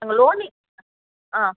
அங்கே லோனி ஆ